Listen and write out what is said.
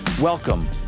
Welcome